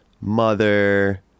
mother